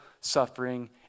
suffering